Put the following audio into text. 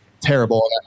terrible